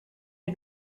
the